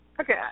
Okay